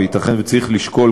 וייתכן שצריך לשקול,